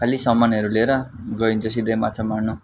खालि सामानहरू लिएर गइन्छ सिधै माछा मार्न